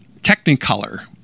technicolor